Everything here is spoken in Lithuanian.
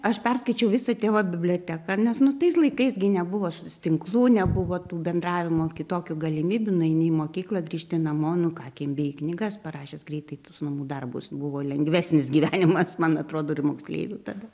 aš perskaičiau visą tėvo biblioteką nes nu tais laikais gi nebuvo soc tinklų nebuvo tų bendravimo kitokių galimybių nueiti į mokyklą grįžti namo nu ką kimbi į knygas parašęs greitai tuos namų darbus buvo lengvesnis gyvenimas man atrodo ir moksleivių tada